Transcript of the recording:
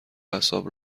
اعصاب